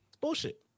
Bullshit